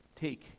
take